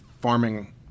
farming